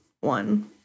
one